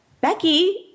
Becky